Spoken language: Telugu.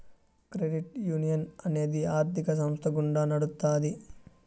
క్రెడిట్ యునియన్ అనేది ఆర్థిక సంస్థ గుండా నడుత్తాది